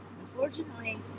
unfortunately